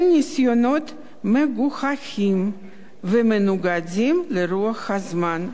ניסיונות מגוחכים ומנוגדים לרוח הזמן,